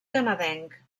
canadenc